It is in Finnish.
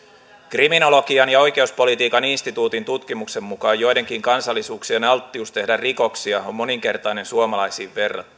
kriminologian ja oikeuspolitiikan instituutin tutkimuksen mukaan joidenkin kansallisuuksien alttius tehdä rikoksia on moninkertainen suomalaisiin verrattuna